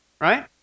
right